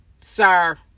sir